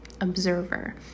observer